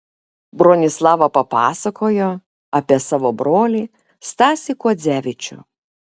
bronislava papasakojo apie savo brolį stasį kuodzevičių